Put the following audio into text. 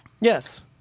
Yes